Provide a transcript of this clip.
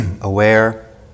aware